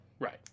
Right